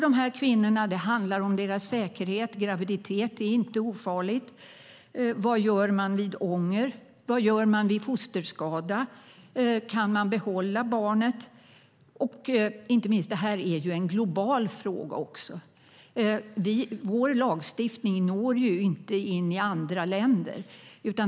Det handlar om säkerheten för dessa kvinnor. Graviditet är inte ofarligt. Vad gör man vid ånger? Vad gör man vid fosterskada - kan man behålla barnet? Det här är också en global fråga. Vår lagstiftning når ju inte in i andra länder.